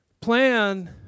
Plan